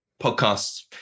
podcasts